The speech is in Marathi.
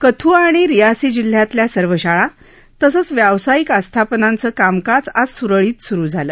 कथुआ आणि रियासी जिल्ह्यातल्या सर्व शाळा तसंच व्यावसायिक आस्थापनाचं कामकाज आज सुरळीत सुरु झालं